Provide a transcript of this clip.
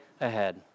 ahead